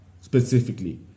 specifically